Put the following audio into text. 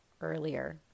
earlier